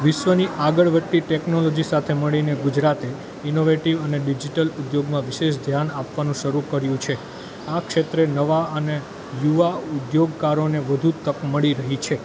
વિશ્વની આગળ વધતી ટેકનોલોજી સાથે મળીને ગુજરાતે ઇનોવેટિવ અને ડિજિટલ ઉદ્યોગમાં વિશેષ ધ્યાન આપવાનું શરૂ કર્યુ છે આ ક્ષેત્રે નવા અને યુવા ઉદ્યોગ કારોને વધુ તક મળી રહી છે